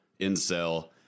incel